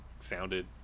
sounded